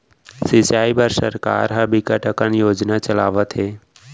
सिंचई बर सरकार ह बिकट अकन योजना चलावत हे